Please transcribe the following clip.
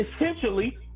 essentially